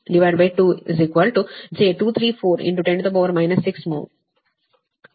ಈಗ Z R j X R ಇದು ಹೆಚ್ಚು ಇದು X